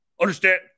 Understand